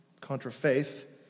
contra-faith